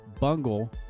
bungle